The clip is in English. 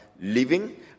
living